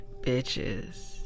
bitches